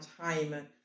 time